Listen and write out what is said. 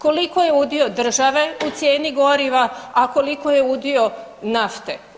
Koliko je udio države u cijeni goriva, a koliko je udio nafte?